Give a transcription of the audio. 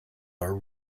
are